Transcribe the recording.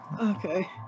okay